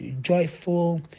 joyful